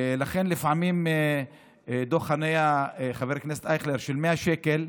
ולכן לפעמים דוח חניה של 100 שקל,